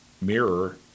mirror